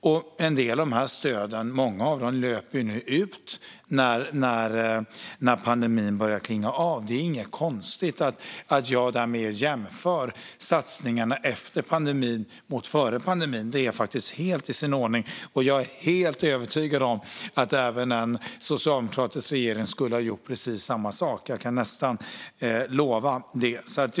Många av dessa stöd löper nu ut när pandemin börjar klinga av. Det är därmed inte konstigt att jag jämför satsningarna efter pandemin med satsningarna före pandemin, utan det är faktiskt helt i sin ordning. Jag är helt övertygad om att en socialdemokratisk regering skulle ha gjort precis samma sak. Jag kan nästan lova det.